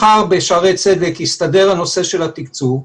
מחר בשערי צדק יסתדר הנושא של התקצוב,